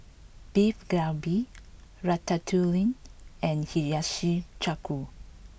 Beef Galbi Ratatouille and Hiyashi Chuka